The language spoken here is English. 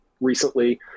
recently